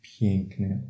piękne